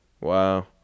Wow